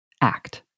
act